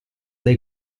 dei